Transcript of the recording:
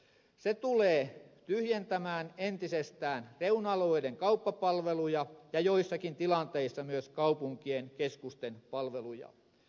laki tulee tyhjentämään entisestään reuna alueiden kauppapalveluja ja joissakin tilanteissa myös kaupunkien keskusten palveluja